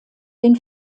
den